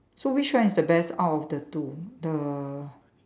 so which one is the best out of the two the